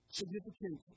significant